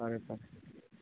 ꯐꯔꯦ ꯐꯔꯦ